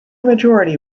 majority